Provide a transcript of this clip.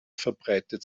verbreitet